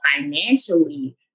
financially